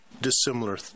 dissimilar